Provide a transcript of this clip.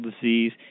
disease